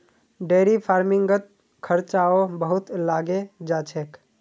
dairy फ़ार्मिंगत खर्चाओ बहुत लागे जा छेक